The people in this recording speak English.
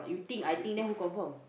you think I think then who confirm